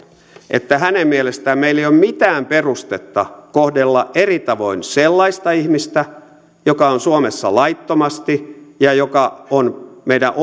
että hänen mielestään meillä ei ole mitään perustetta kohdella eri tavoin sellaista ihmistä joka on suomessa laittomasti ja joka on meidän